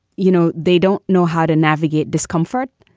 you know, they don't know how to navigate discomfort.